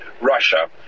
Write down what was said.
russia